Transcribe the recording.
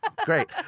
Great